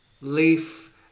leaf